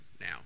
now